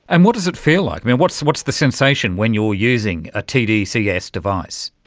and what does it feel like? what's what's the sensation when you are using a tdcs device?